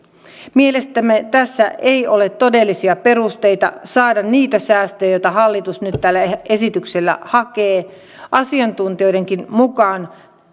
mielestämme tässä ei ole todellisia perusteita saada niitä säästöjä joita hallitus nyt tällä esityksellä hakee asiantuntijoidenkin mukaan